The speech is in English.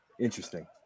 Interesting